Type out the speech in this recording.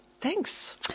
thanks